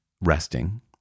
resting